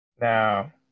Now